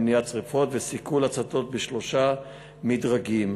למניעת שרפות וסיכול הצתות בשלושה מדרגים,